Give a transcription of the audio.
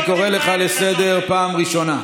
אני קורא אותך לסדר פעם ראשונה.